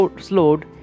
slowed